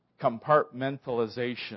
Compartmentalization